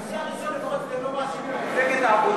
לפחות זה הנושא הראשון שאתם לא מאשימים בו את מפלגת העבודה.